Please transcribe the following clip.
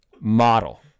model